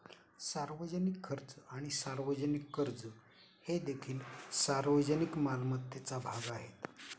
सार्वजनिक खर्च आणि सार्वजनिक कर्ज हे देखील सार्वजनिक मालमत्तेचा भाग आहेत